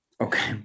Okay